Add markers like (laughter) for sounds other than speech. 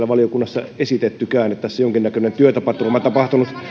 (unintelligible) valiokunnassa esitettykään että tässä on jonkinnäköinen työtapaturma tapahtunut